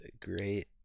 great